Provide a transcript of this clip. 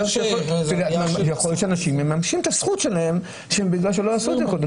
יכול להיות שאנשים מממשים את הזכות שלהם בגלל שהם לא עשו את זה קודם.